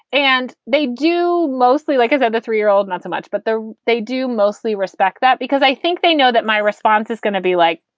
and they do mostly, like i said, the three year old, not so much, but they do mostly respect that because i think they know that my response is going to be like,